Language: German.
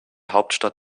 hauptstadt